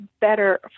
better